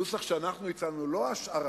הנוסח שהצענו הוא לא "השארת"